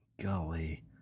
golly